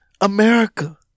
America